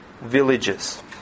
villages